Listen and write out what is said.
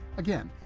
again,